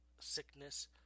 sickness